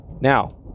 Now